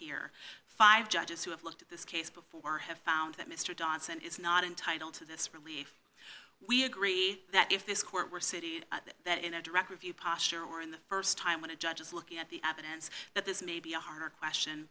here five judges who have looked at this case before have found that mr dotson is not entitled to this relief we agree that if this court were city that in a direct review posture or in the st time when a judge is looking at the evidence that this may be a harder question